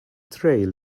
trail